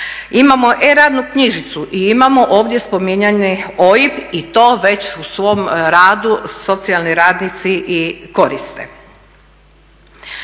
Imamo e-radnu knjižicu i imamo ovdje spominjani OIB i to već u svom radu socijalni radnici i koriste.